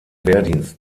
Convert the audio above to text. wehrdienst